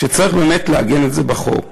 שצריך באמת לעגן את זה בחוק.